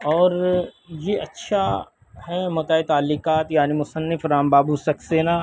اور یہ اچّھا ہے متاع تعلّیقات یعنی مصنف رام بابو سکسینا